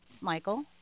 Michael